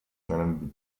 nennen